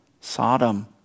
Sodom